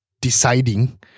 deciding